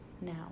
Now